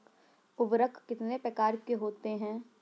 उर्वरक कितनी प्रकार के होते हैं?